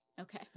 Okay